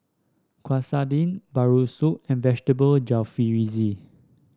Quesadilla Bratwurst and Vegetable Jalfrezi